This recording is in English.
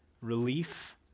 relief